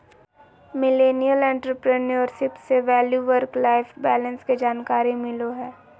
millennial entrepreneurship से value work life balance के जानकारी मिलो हय